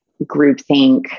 groupthink